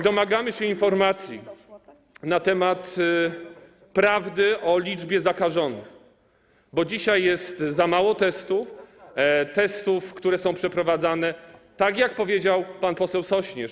Domagamy się informacji na temat prawdy o liczbie zakażonych, bo dzisiaj jest za mało testów, testów, które są przeprowadzane, tak jak powiedział pan poseł Sośnierz.